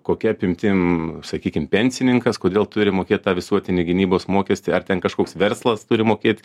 kokia apimtim sakykim pensininkas kodėl turi mokėt tą visuotinį gynybos mokestį ar ten kažkoks verslas turi mokėt